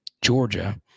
Georgia